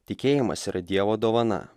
tikėjimas yra dievo dovana